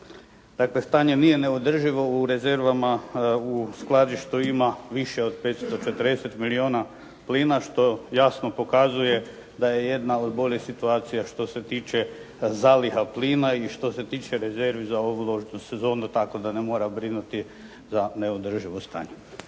Dakle, stanje nije neodrživo. U rezervama u skladištu ima više od 540 milijuna plina što jasno pokazuje da je jedna od boljih situacija što se tiče zaliha plina i što se tiče rezervi za ovu ložnu sezonu tako da ne mora brinuti za neodrživo stanje.